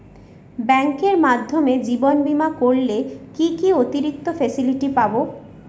ব্যাংকের মাধ্যমে জীবন বীমা করলে কি কি অতিরিক্ত ফেসিলিটি পাব?